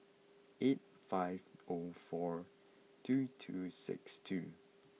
eight five O four two two six two